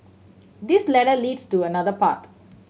this ladder leads to another path